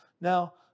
Now